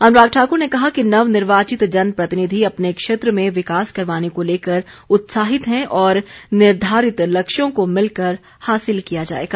अनुराग ठाकुर ने कहा कि नवनिर्वाचित जन प्रतिनिधि अपने क्षेत्र में विकास करवाने को लेकर उत्साहित हैं और निर्धारित लक्ष्यों को मिलकर हासिल किया जाएगा